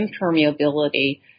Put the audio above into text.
impermeability